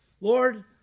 Lord